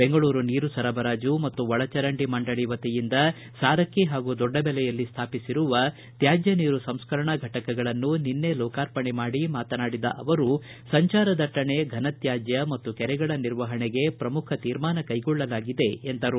ಬೆಂಗಳೂರು ನೀರು ಸರಬರಾಜು ಮತ್ತು ಒಳಚರಂಡಿ ಮಂಡಳಿ ವತಿಯಿಂದ ಸಾರಕ್ಕಿ ಹಾಗೂ ದೊಡ್ಡಬೆಲೆಯಲ್ಲಿ ಸ್ವಾಪಿಸಿರುವ ತ್ಯಾಜ್ಯ ನೀರು ಸಂಸ್ಕರಣಾ ಘಟಕಗಳನ್ನು ನಿನ್ನೆ ಲೋಕಾರ್ಪಣೆ ಮಾಡಿ ಮಾತನಾಡಿದ ಅವರು ಸಂಚಾರ ದಟ್ಟಣೆ ಫನತ್ಕಾಜ್ಯ ಮತ್ತು ಕೆರೆಗಳ ನಿರ್ವಹಣೆಗೆ ಪ್ರಮುಖ ತೀರ್ಮಾನ ಕೈಗೊಳ್ಳಲಾಗಿದೆ ಎಂದರು